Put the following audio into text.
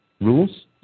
rules